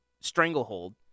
stranglehold